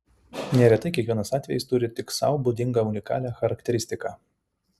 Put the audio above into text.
neretai kiekvienas atvejis turi tik sau būdingą unikalią charakteristiką